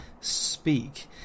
speak